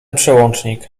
przełącznik